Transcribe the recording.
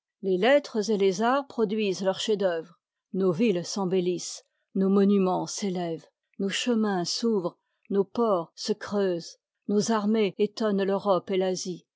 les lettres et les arts produisent leurs chefs-d'œuvre nos villes s'embellissent nos monumens s'élèvent nos chemins s'ouvrent nos ports se creusent nos armées étonnent l'europe et l'asie